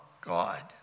God